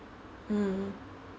hmm